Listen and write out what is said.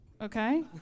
okay